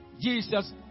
Jesus